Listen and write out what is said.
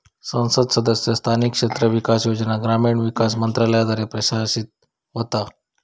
संसद सदस्य स्थानिक क्षेत्र विकास योजना ग्रामीण विकास मंत्रालयाद्वारा प्रशासित होता